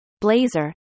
Blazer